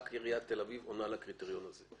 רק עיריית תל אביב עונה לקריטריון הזה.